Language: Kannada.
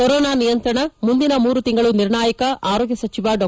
ಕೊರೋನಾ ನಿಯಂತ್ರಣ ಮುಂದಿನ ಮೂರು ತಿಂಗಳು ನಿರ್ಣಾಯಕ ಆರೋಗ್ಯ ಸಚಿವ ಡಾ